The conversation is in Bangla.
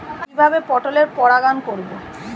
কিভাবে পটলের পরাগায়ন করব?